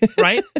right